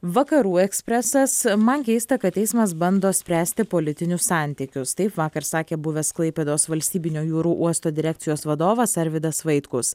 vakarų ekspresas man keista kad teismas bando spręsti politinius santykius taip vakar sakė buvęs klaipėdos valstybinio jūrų uosto direkcijos vadovas arvydas vaitkus